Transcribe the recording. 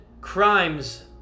crimes